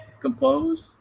compose